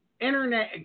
Internet